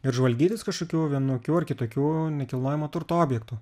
ir žvalgytis kažkokių vienokių ar kitokių nekilnojamo turto objektų